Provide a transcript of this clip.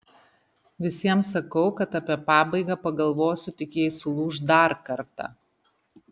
visiems sakau kad apie pabaigą pagalvosiu tik jei sulūš dar kartą